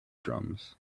drums